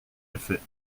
effet